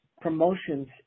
promotions